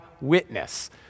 witness